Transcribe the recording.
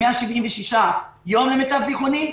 176 יום למיטב זיכרוני.